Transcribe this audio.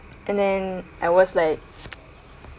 and then I was like